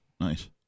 nice